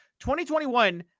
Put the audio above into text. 2021